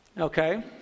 Okay